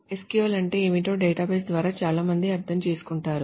SQL అంటే ఏమిటో database ద్వారా చాలా మంది అర్థం చేసుకుంటారు